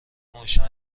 ماشین